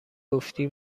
گفتی